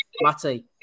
Matty